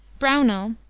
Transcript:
brownell,